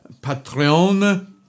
Patreon